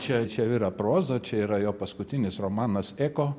čia čia yra proza čia yra jo paskutinis romanas ėko